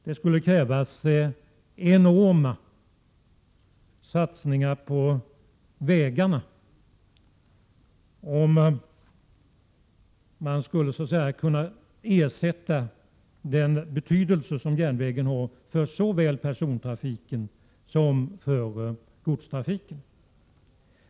Det skulle krävas enorma satsningar på vägarna för att de skulle få samma betydelse som järnvägen har för såväl persontrafiken som godstrafiken.